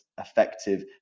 effective